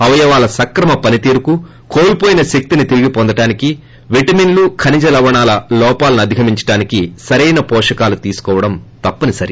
అవయవాల సక్రమ పనితీరుకు కోల్పోయిన శక్తిని తిరిగి పొందడానికి విటమిన్లు ఖనిజ లవణాల లోపాలను అధిగమించడానికి సరైన పోషకాలు తీసుకోవడం తప్పనిసరి